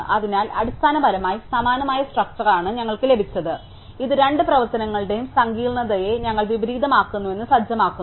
അതിനാൽ അടിസ്ഥാനപരമായി സമാനമായ സ്ട്രക്ച്ചർ ആണ് ഞങ്ങൾക്ക് ലഭിച്ചത് ഇത് രണ്ട് പ്രവർത്തനങ്ങളുടെ സങ്കീർണ്ണതയെ ഞങ്ങൾ വിപരീതമാക്കുന്നുവെന്ന് സജ്ജമാക്കുന്നു